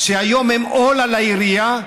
שהיום הם עול על העירייה,